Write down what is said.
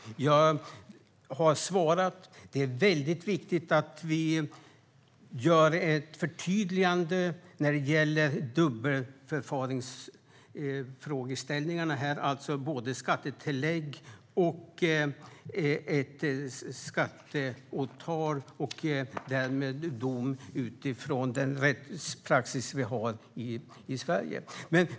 Herr talman! Jag har svarat: Det är väldigt viktigt att vi gör ett förtydligande när det gäller det dubbla förfarandet, alltså både skattetillägg och skatteåtal och därmed dom utifrån den rättspraxis vi har i Sverige.